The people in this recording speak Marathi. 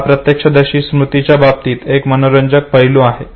हा प्रत्यक्षदर्शीं स्मृतीच्या बाबतीतील एक मनोरंजक पैलू आहे